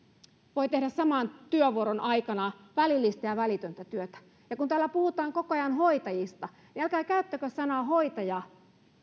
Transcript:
voi tehdä saman työvuoron aikana välillistä ja välitöntä työtä ja kun täällä puhutaan koko ajan hoitajista niin älkää käyttäkö sanaa hoitaja